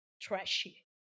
trashy